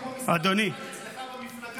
כמו מס' אחת אצלך במפלגה,